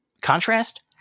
contrast